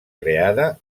creada